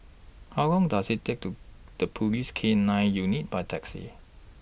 How Long Does IT Take to The Police K nine Unit By Taxi